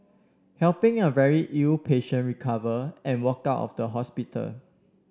helping a very ill patient recover and walked out of the hospital